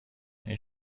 این